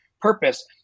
purpose